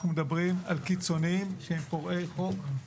אנחנו מדברים על קיצונים שהם פורעי חוק,